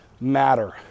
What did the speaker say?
matter